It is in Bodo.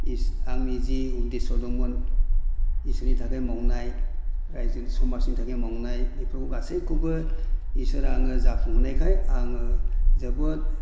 आंनि जि उद्दैस' दंमोन इसोरनि थाखाय मावनाय रायजोनि समाजनि थाखाय मावनाय बेफोरखौ गासैखौबो इसोरा आंनो जाफुंहोनायखाय आङो जोबोद